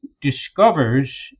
discovers